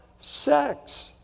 sex